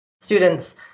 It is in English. students